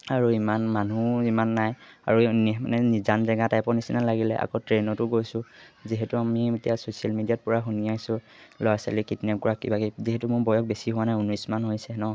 আৰু ইমান মানুহো ইমান নাই আৰু মানে নিজান জেগা টাইপৰ নিচিনা লাগিলে আকৌ ট্ৰেইনতো গৈছোঁ যিহেতু আমি এতিয়া চ'চিয়েল মিডিয়াত পুৰা শুনি আছোঁ ল'ৰা ছোৱালী কিডনেপ কৰা কিবাকিবি যিহেতু মোৰ বয়স বেছি হোৱা নাই উনৈছ মান হৈছে ন